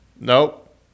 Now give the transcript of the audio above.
Nope